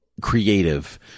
creative